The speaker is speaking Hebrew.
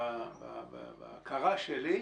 בהכרה שלי,